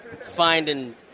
finding